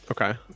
Okay